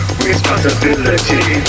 responsibility